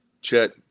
Chet